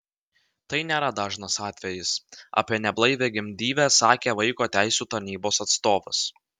tai nėra dažnas atvejis apie neblaivią gimdyvę sakė vaiko teisių tarnybos atstovas